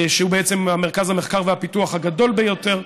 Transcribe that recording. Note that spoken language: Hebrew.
שהוא בעצם מרכז המחקר והפיתוח הגדול ביותר,